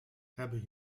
hebben